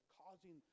causing